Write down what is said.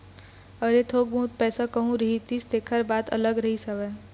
अरे थोक बहुत पइसा कहूँ रहितिस तेखर बात अलगे रहिस हवय